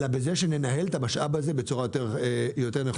אלא שננהל את המשאב הזה בצורה יותר נכונה.